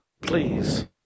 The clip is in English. Please